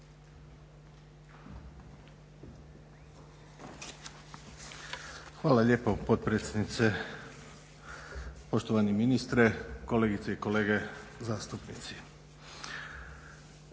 Hvala lijepo potpredsjednice, poštovani ministre, kolegice i kolege zastupnici.